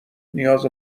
نیاز